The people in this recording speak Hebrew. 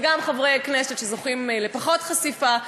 וגם חברי כנסת שזוכים לפחות חשיפה.